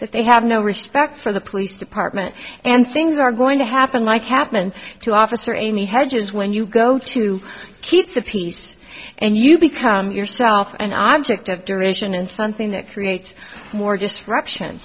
that they have no respect for the police department and things are going to happen like happened to officer amy hedges when you go to keep the peace and you become yourself an object of derision and something that creates more disruption